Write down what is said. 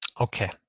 Okay